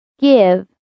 Give